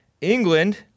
England